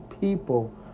people